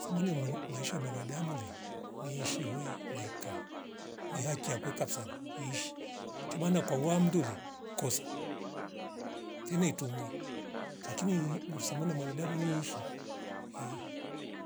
Samani ya mwana maisha ya mwanadamu le ni iishi woye naika ni yakia kwe kabisa ishi chumana kwa mndule kosa sene itumwi lakini musa samani ya mwanadamu ni ishi ehh